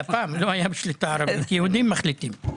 יהודים מחליטים.